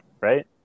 right